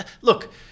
Look